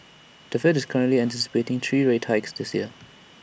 the fed is currently anticipating three rate hikes this year